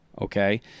Okay